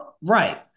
right